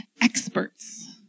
experts